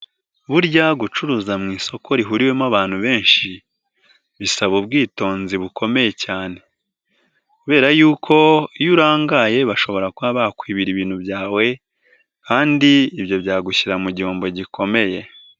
Burya gucuruza mu isoko rihuriwemo abantu benshi, bisaba ubwitonzi bukomeye cyane kubera yuko iyo urangaye bashobora kuba bakwibira ibintu byawe kandi ibyo byagushyira mu gihombo gikomeye.